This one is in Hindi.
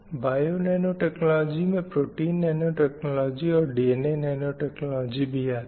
बायोनैनोटेक्नॉलजी में प्रोटीन नैनोटेक्नॉलजी और DNA नैनोटेक्नॉलजी भी आती हैं